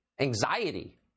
anxiety